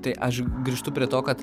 tai aš grįžtu prie to kad